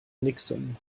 nixon